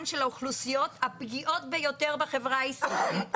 של האוכלוסיות הפגיעות ביותר בחברה הישראלית,